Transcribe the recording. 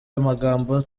amagambo